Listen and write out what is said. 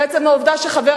ובכן,